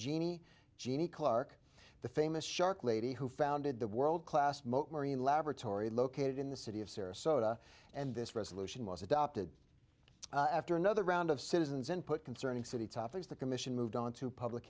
eugenie jeannie clark the famous shark lady who founded the world class mote marine laboratory located in the city of sarasota and this resolution was adopted after another round of citizens input concerning city topics the commission moved on to public